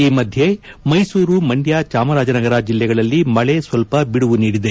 ಈ ಮಧ್ಯೆ ಮೈಸೂರು ಮಂಡ್ಯ ಚಾಮರಾಜನಗರ ಜಿಲ್ಲೆಗಳಲ್ಲಿ ಮಳೆ ಸ್ವಲ್ಪ ಬಿಡುವು ನೀಡಿದೆ